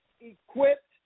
equipped